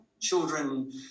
children